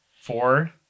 Four